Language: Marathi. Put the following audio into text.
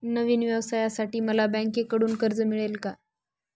नवीन व्यवसायासाठी मला बँकेकडून कर्ज मिळेल का?